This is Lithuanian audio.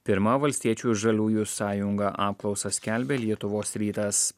pirma valstiečių ir žaliųjų sąjunga apklausą skelbia lietuvos rytas